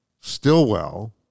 stillwell